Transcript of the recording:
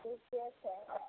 ठीके छै